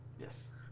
Yes